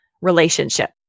relationship